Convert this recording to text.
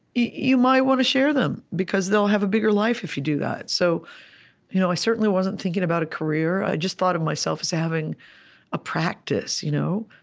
you might want to share them, because they'll have a bigger life if you do that. so you know i certainly wasn't thinking about a career. i just thought of myself as having a practice, you know?